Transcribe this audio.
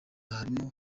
harimo